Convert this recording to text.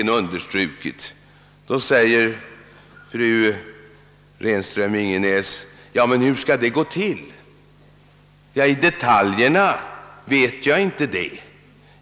Nu frågar fru Renström-Ingenäs hur detta skall gå till. Ja, i detaljer vet jag inte hur det skall utformas.